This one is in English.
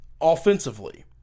offensively